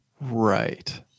Right